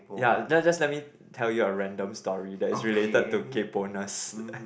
ya let just let me tell you a random story that is related to kaypohness